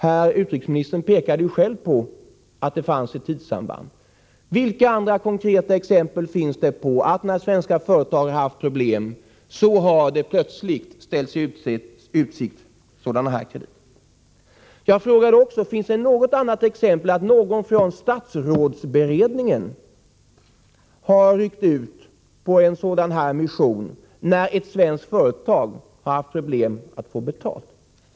Herr utrikesministern pekade själv på att det fanns ett tidssamband. Vilka andra konkreta exempel finns det på att när svenska företag har haft problem, har det plötsligt ställts i utsikt sådana här krediter? Jag frågade också om det finns något annat exempel på att någon från statsrådsberedningen har ryckt ut på en sådan här mission när ett svenskt företag har haft problem med att få betalt.